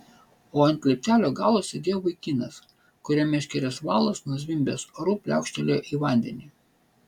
o ant lieptelio galo sėdėjo vaikinas kurio meškerės valas nuzvimbęs oru pliaukštelėjo į vandenį